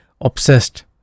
obsessed